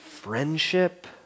friendship